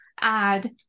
add